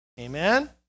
Amen